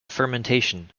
fermentation